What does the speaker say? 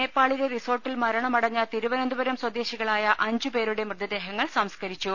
നേപ്പാളിലെ റിസോർട്ടിൽ മരണമടഞ്ഞ തീരുവനന്തപുരം സ്വദേശികളായ അഞ്ചുപേരുടെ മൃതദേഹ്ങൾ സംസ്കരി ച്ചു